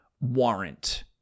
warrant